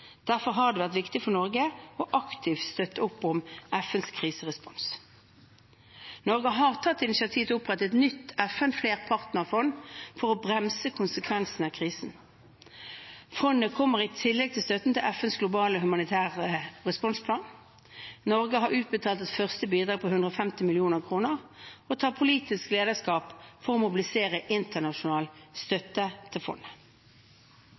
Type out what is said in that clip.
Derfor har det vært viktig for Norge aktivt å støtte opp om FNs kriserespons. Norge har tatt initiativ til å opprette et nytt FN-flerpartnerfond for å bremse konsekvensene av krisen. Fondet kommer i tillegg til støtten til FNs globale humanitære responsplan. Norge har utbetalt et første bidrag på 150 mill. kr og tar politisk lederskap for å mobilisere internasjonal støtte til fondet.